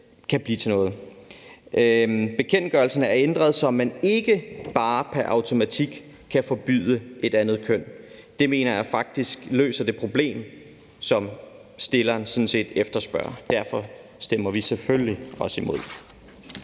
kan blive til noget. Bekendtgørelsen er ændret, så man ikke bare pr. automatik kan forbyde et andet køn. Det mener jeg faktisk løser det problem, som stilleren efterspørger. Derfor stemmer vi selvfølgelig også imod.